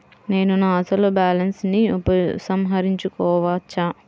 నేను నా అసలు బాలన్స్ ని ఉపసంహరించుకోవచ్చా?